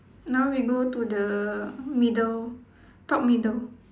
now we go to the middle top middle